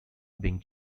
being